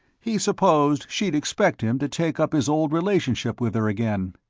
he supposed she'd expect him to take up his old relationship with her again.